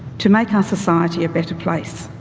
to make our society a better place.